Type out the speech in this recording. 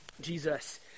Jesus